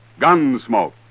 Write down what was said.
Gunsmoke